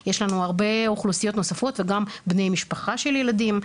יש לנו הרבה אוכלוסיות נוספות וגם בני משפחה של ילדים.